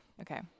Okay